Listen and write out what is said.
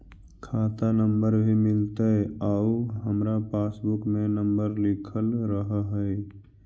खाता नंबर भी मिलतै आउ हमरा पासबुक में नंबर लिखल रह है?